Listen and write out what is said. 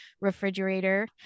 refrigerator